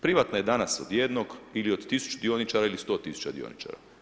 Privatna je danas od jednog ili od 1000 dioničara ili 100 tisuća dioničara.